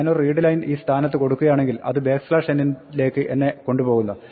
ഞാനൊരു readline ഈ സ്ഥാനത്ത് കൊടുക്കുകയാണെങ്കിൽ അത് അടുത്ത n ലേക്ക് എന്നെ കൊണ്ടുപോകുന്നു